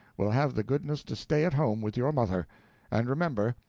will have the goodness to stay at home with your mother and remember,